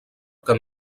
que